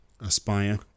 aspire